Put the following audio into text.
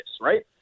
right